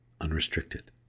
Unrestricted